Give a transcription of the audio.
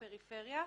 לפריפריה.